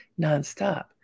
nonstop